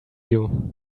you